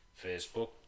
Facebook